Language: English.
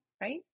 right